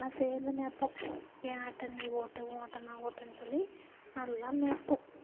எல்லாம் சேர்ந்து மேய்ப்போம் என் ஆட்டை நீ ஓட்டு உன் ஆட்டை நான் ஓட்டுகிறேன்னு சொல்லி நல்லா மேய்ப்போம்